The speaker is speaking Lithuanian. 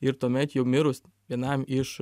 ir tuomet jau mirus vienam iš